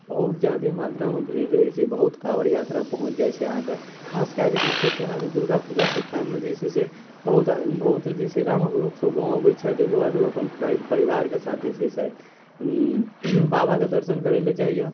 बहुत जादा मात्रामे भीड़ रहै छै बहुत काँवर यात्रा पहुँचि जाइ छै अहाँके खासकऽ कऽ जे छै से अहाँके दुर्गा पूजासब टाइममे जे छै से बहुत बहुत जे छै से गामके लोकसभ गाम अबै छथि ओकर बाद ओ अपन परिवारके साथ जे छै से बाबाके दर्शन करैलए जाइए